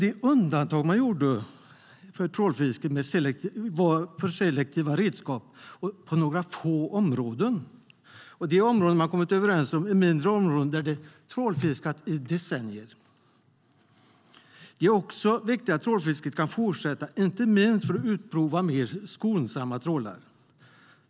De undantag som gjordes var för trålfiske med selektiva redskap på några få områden. De områden som man har kommit överens om är mindre områden där det har trålfiskats i decennier. Det är viktigt att trålfisket kan fortsätta, inte minst för att utprova mer skonsamma trålar.